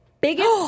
Biggest